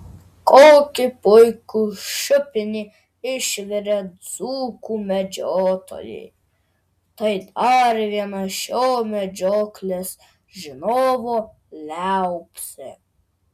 kokį puikų šiupinį išvirė dzūkų medžiotojai tai dar viena šio medžioklės žinovo liaupsė